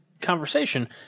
conversation